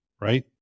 right